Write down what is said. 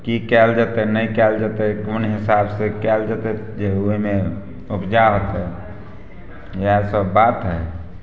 की कयल जेतय नहि कयल जेतय कोन हिसाबसँ कयल जेतय जे ओइमे उपजा होतै इएह सभ बात हइ